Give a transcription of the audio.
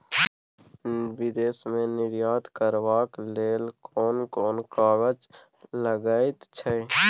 विदेश मे निर्यात करबाक लेल कोन कोन कागज लगैत छै